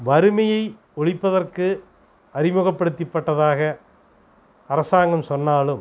வறுமையை ஒழிப்பதற்கு அறிமுகப்படுத்திப்பட்டதாக அரசாங்கம் சொன்னாலும்